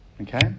Okay